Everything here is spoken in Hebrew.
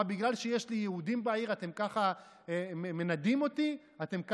מה, בגלל שיש לי יהודים בעיר אתם מנדים אותי כך?